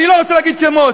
אני לא רוצה להגיד שמות.